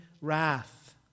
wrath